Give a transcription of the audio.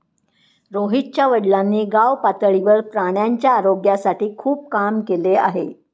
रोहितच्या वडिलांनी गावपातळीवर प्राण्यांच्या आरोग्यासाठी खूप काम केले आहे